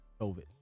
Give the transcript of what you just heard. COVID